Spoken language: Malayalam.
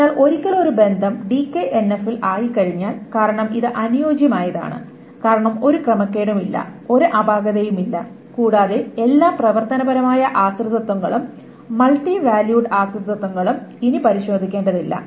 അതിനാൽ ഒരിക്കൽ ഒരു ബന്ധം DKNF ൽ ആയിക്കഴിഞ്ഞാൽ കാരണം ഇത് അനുയോജ്യമായതാണ് കാരണം ഒരു ക്രമക്കേടും ഇല്ല ഒരു അപാകതയുമില്ല കൂടാതെ എല്ലാ പ്രവർത്തനപരമായ ആശ്രിതത്വങ്ങളും മൾട്ടി വാല്യൂഡ് ആശ്രിതത്വങ്ങളും ഇനി പരിശോധിക്കേണ്ടതില്ല